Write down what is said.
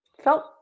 Felt